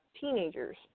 teenagers